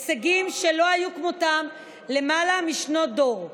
הישגים שלא היו כמותם למעלה משנות דור.